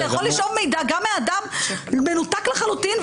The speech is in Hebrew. אתה יכול לשאוב מידע גם מאדם מנותק לחלוטין,